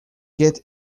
get